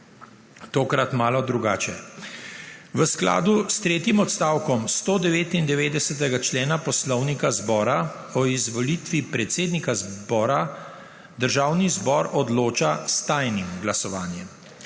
tokrat malo drugače. V skladu s tretjim odstavkom 199. člena Poslovnika Državnega zbora o izvolitvi predsednika zbora državni zbor odloča s tajnim glasovanjem.